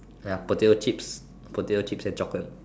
ya potato chips potato chips and chocolate